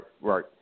right